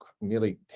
nearly